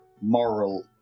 moral